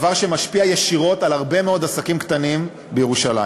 דבר שמשפיע ישירות על הרבה מאוד עסקים קטנים בירושלים.